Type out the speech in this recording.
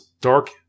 dark